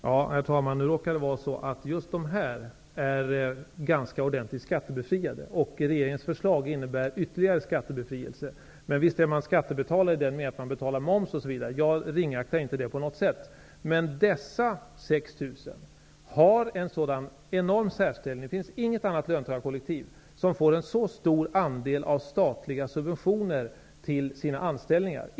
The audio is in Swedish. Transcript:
Herr talman! Det råkar vara så att just dessa personer är ganska ordentligt skattebefriade och att regeringens förslag innebär ytterligare skattebefrielse. Men visst är de skattebetalare i den meningen att de betalar moms osv. Jag ringaktar inte detta på något sätt. Dessa 6 000 har en utpräglad särställning. Inget annat löntagarkollektiv får en så stor andel av statliga subventioner till sina anställningar.